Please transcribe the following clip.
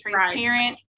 transparent